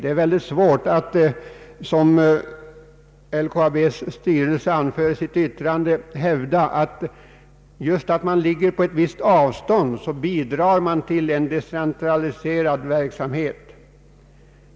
Det är mycket svårt att hävda, som LKAB:s styrelse gör i sitt yttrande, att man just genom att man ligger på ett visst avstånd bidrar till en decentraliserad verksamhet.